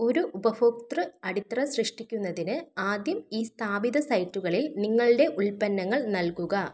ഒരു ഉപഭോക്തൃ അടിത്തറ സൃഷ്ടിക്കുന്നതിന് ആദ്യം ഈ സ്ഥാപിത സൈറ്റുകളിൽ നിങ്ങളുടെ ഉൽപ്പന്നങ്ങൾ നൽകുക